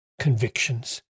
convictions